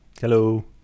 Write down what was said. Hello